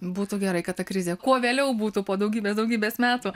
būtų gerai kad ta krizė kuo vėliau būtų po daugybės daugybės metų